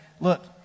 Look